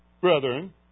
brethren